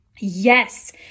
yes